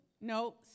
No